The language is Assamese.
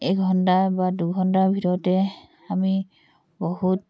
এঘণ্টা বা দুঘণ্টা ভিতৰতে আমি বহুত